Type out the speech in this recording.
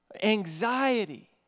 Anxiety